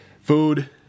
food